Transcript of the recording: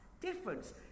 difference